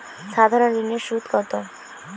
সাধারণ ঋণের সুদ কত?